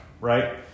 right